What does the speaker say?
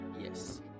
Yes